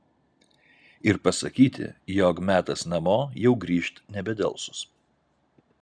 ir pasakyti jog metas namo jau grįžt nebedelsus